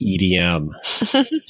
EDM